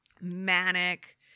manic